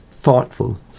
thoughtful